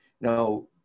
Now